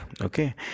okay